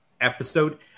episode